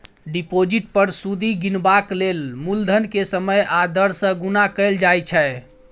deposit पर सुदि गिनबाक लेल मुलधन केँ समय आ दर सँ गुणा कएल जाइ छै